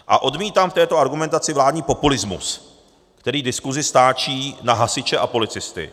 A odmítám v této argumentaci vládní populismus, který diskusi stáčí na hasiče a policisty.